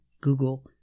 Google